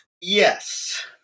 Yes